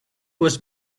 was